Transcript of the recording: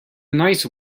nice